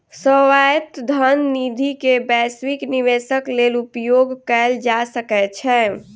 स्वायत्त धन निधि के वैश्विक निवेशक लेल उपयोग कयल जा सकै छै